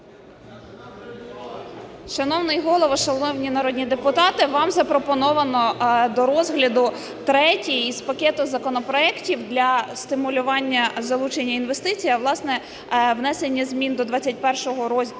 Шановний Голово, шановні народні депутати, вам запропоновано до розгляду третій із пакету законопроектів для стимулювання залучення інвестицій, а, власне, внесення змін до ХХІ розділу